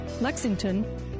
lexington